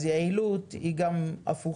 אז יעילות היא גם הפוכה,